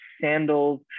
sandals